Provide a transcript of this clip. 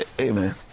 Amen